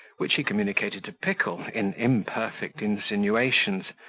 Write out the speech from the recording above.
which he communicated to pickle, in imperfect insinuations,